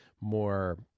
more